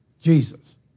Jesus